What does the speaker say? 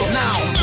now